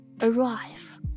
arrive